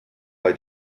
bei